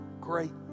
great